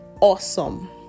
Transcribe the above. awesome